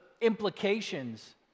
implications